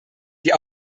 die